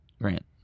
Grant